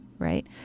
Right